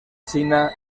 china